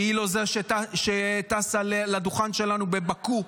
שהיא לא טסה לדוכן שלנו בבאקו,